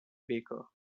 baker